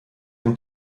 dem